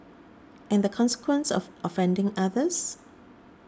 and the consequence of offending others